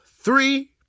three